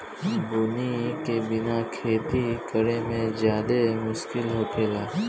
बुनी के बिना खेती करेमे ज्यादे मुस्किल होखेला